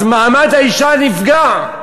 אז מעמד האישה נפגע.